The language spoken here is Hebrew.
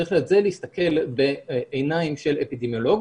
צריך להסתכל על זה בעיניים של אפידמיולוג